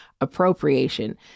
appropriation